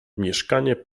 mieszkanie